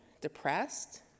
depressed